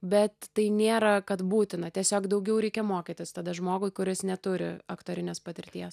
bet tai nėra kad būtina tiesiog daugiau reikia mokytis tada žmogui kuris neturi aktorinės patirties